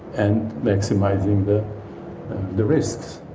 and maximizing the the risks.